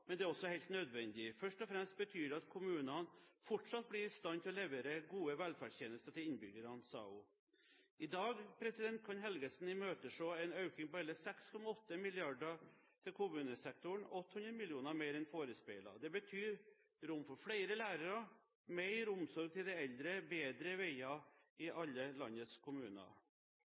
men det er også helt nødvendig. Først og fremst betyr det at kommunene fortsatt blir i stand til å levere gode velferdstjenester til innbyggerne». I dag kan Helgesen imøtese en økning på hele 6,8 mrd. kr til kommunesektoren – 800 mrd. kr mer enn forespeilet. Det betyr rom for flere lærere, mer omsorg til de eldre og bedre veier i alle landets kommuner.